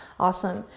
awesome.